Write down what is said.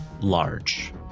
large